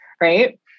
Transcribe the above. right